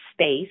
space